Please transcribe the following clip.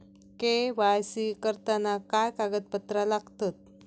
KYC करताना काय कागदपत्रा लागतत?